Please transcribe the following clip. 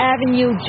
Avenue